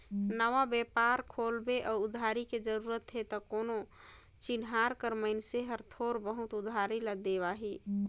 नवा बेपार खोलबे अउ उधारी के जरूरत हे त कोनो चिनहार कर मइनसे हर थोर बहुत उधारी ल देवाही